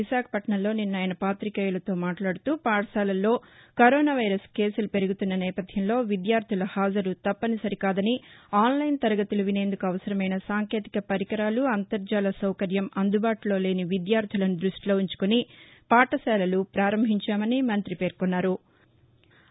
విశాఖపట్నంలో నిన్న ఆయన పాతికేయులతో మాట్లాడుతూ పాఠశాలల్లో కరోనా వైరస్ కేసులు పెరుగుతున్న నేపథ్యంలో విద్యార్థుల హాజరు తప్పనిసరి కాదని ఆన్ లైన్ తరగతులు వినేందుకు అవసరమైన సాంకేతిక పరికరాలు అంతర్హాల సౌకర్యం అందుబాటులో లేని విద్యార్దులను దృష్టిలో వుంచుకొని పాఠశాలలు ప్రారంభించామని మంత్రి పేర్కొన్నారు